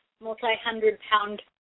multi-hundred-pound